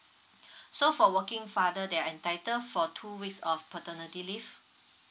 so for working father they are entitle for two weeks of paternity leave